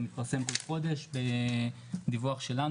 זה מתפרסם כל חודש בדיווח שלנו,